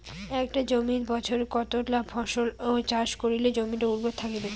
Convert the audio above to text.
একটা জমিত বছরে কতলা ফসল চাষ করিলে জমিটা উর্বর থাকিবে?